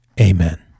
Amen